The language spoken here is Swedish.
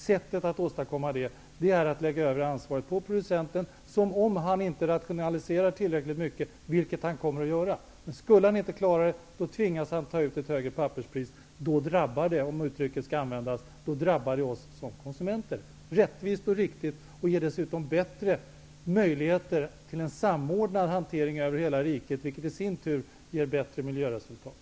Man åstadkommer detta genom att lägga över ansvaret på producenten som, om han inte klarar av att rationalisera tillräckligt mycket, tvingas ta ut ett högre papperspris. Då drabbar det -- om uttrycket skall användas -- oss som konsumenter. Det är rättvist och riktigt och ger dessutom bättre möjligheter till en samordnad hantering över hela riket. Det ger i sin tur bättre miljöresultat.